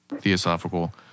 theosophical